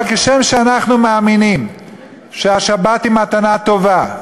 אבל כשם שאנחנו מאמינים שהשבת היא מתנה טובה,